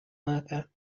worker